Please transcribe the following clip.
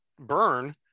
Burn